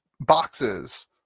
boxes